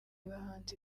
bahanzi